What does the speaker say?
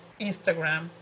Instagram